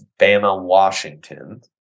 Bama-Washington